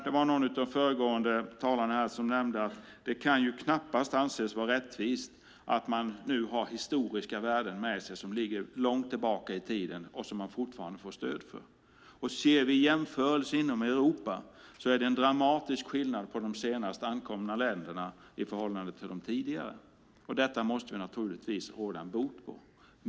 Det var någon av föregående talare här som nämnde att det knappast kan anses vara rättvist att man nu har historiska värden med sig som ligger långt tillbaka i tiden och som man fortfarande får stöd för. I Europa är det en dramatisk skillnad på de senast anslutna länderna i förhållande till de tidigare. Detta måste vi naturligtvis råda bot på.